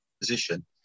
position